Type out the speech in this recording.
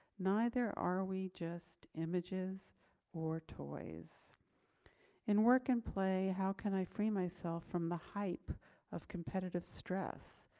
neither are we just images or toys in work in play, how can i free myself from the hype of competitive stress.